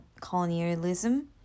colonialism